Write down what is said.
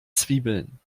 zwiebeln